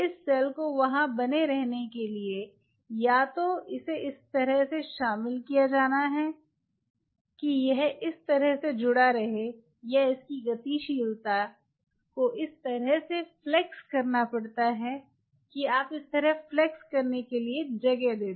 इस सेल को वहां बने रहने के लिए या तो इसे इस तरह से शामिल किया जाना है कि यह इस तरह जुड़ा रहे या इसकी गतिशीलता को इस तरह से फ्लेक्स करना पड़ता है कि आप इस तरह फ्लेक्स करने के लिए जगह दे दें